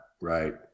right